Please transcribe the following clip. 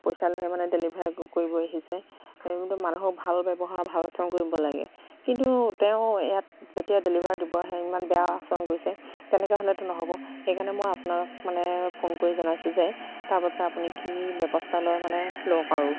পইচা লৈহে মানে ডেলিভাৰী কৰিব আহিছে মানুহক ভাল ব্যৱহাৰ ভাল আচৰণ কৰিব লাগে কিন্তু তেওঁ ইয়াত যেতিয়া ডেলিভাৰ দিব আহে ইমান বেয়া আচৰণ কৰিছে তেনেকুৱা হ'লেতো নহ'ব সেইকাৰণে মই আপোনাক মানে ফোন কৰি জনাইছোঁ যে তাৰ বাবে আপুনি কি ব্যৱস্থা লয় মানে লওক আৰু